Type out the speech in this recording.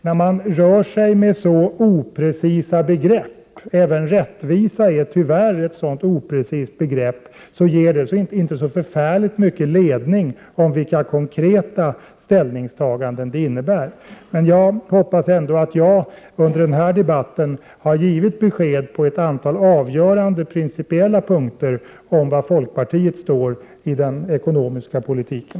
När man rör sig med så oprecisa begrepp - även rättvisa är tyvärr ett oprecist begrepp -— ger det inte så förfärligt mycket ledning om vilka konkreta ställningstaganden det innebär. Jag hoppas ändå att jag under denna debatt har givit besked på ett antal avgörande principiella punkter om var folkpartiet står i den ekonomiska politiken.